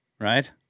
right